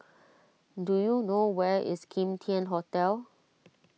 do you know where is Kim Tian Hotel